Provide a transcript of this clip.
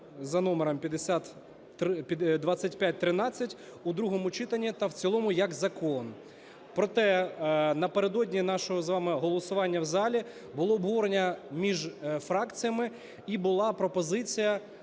за номером 2513 в другому читанні та в цілому як закон. Проте напередодні нашого з вами голосування в залі було обговорення між фракціями, і була пропозиція,